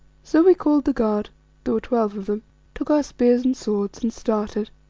so we called the guard there were twelve of them took our spears and swords and started.